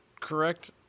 correct